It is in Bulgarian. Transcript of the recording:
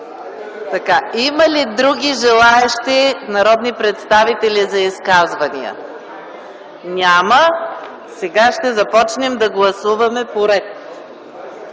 Има ли други желаещи народни представители за изказвания? Няма. Сега ще започнем да гласуваме по реда